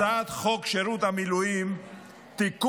הצעת חוק שירות המילואים (תיקון,